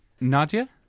Nadia